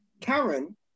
Karen